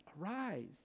arise